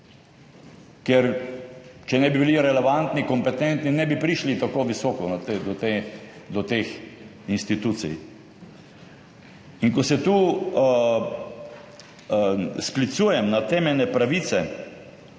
Ker če ne bi bili relevantni, kompetentni, ne bi prišli tako visoko, do teh institucij. Ko se tu sklicujem na temeljne pravice,